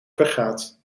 vergaat